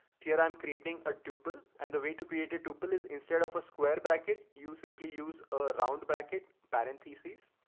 here, i'm creating a tuple and the way to create a tuple is instead of a square bracket, you simply use a round bracket parentheses.